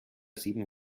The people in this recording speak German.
sieben